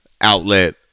outlet